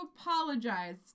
apologize